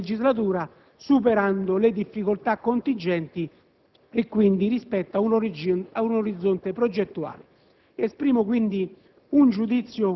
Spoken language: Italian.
di un progetto di legislatura, superando le difficoltà contingenti, e quindi rispetto ad un orizzonte progettuale.